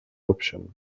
option